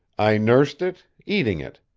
i nursed it, eating it.